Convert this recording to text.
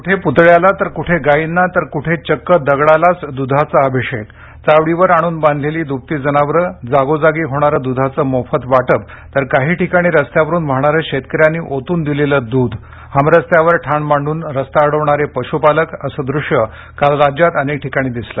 कठे पुतळ्याला तर कुठे गायींना तर कुठे चक्क दगडालाच दुधाचा अभिषेक चावडीवर आणून बांधलेली दुभती जनावर जागोजागी होणारं दुधाचं मोफत वाटप तर काही ठिकाणी रस्त्यावरून वाहणारं शेतकर्यांानी ओतून दिलेलं दूध हमरस्त्यावर ठाण मांडून रस्ता अडवणारे पशुपालक असं दृष्य काल राज्यात अनेक ठिकाणी दिसलं